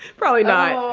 probably not.